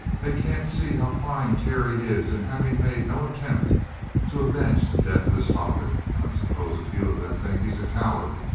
they can't see how fine terry is in having made no attempt to avenge the death of his father. i suppose a few of them think he's a coward.